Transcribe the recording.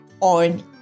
on